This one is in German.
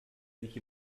sich